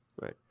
Right